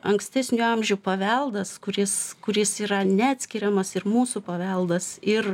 ankstesnių amžių paveldas kuris kuris yra neatskiriamas ir mūsų paveldas ir